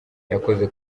yakoze